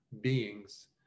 beings